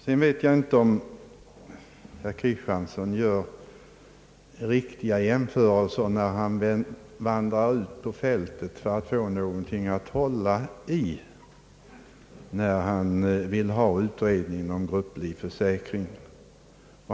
Jag vet inte om herr Axel Kristiansson gör riktiga jämförelser när han vandrar ut på fältet för att få någonting att hålla i för sin hemställan om utredning angående grupplivförsäkring.